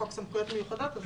בחוק סמכויות מיוחדות,